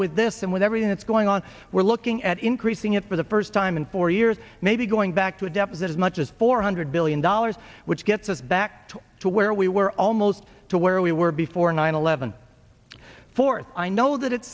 with this and with everything that's going on we're looking at increasing it for the first time in four years maybe going back to a deficit as much as four hundred billion dollars which gets us back to to where we were almost to where we were before nine eleven fourth i know that it